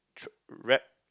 rap